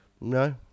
No